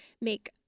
make